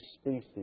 species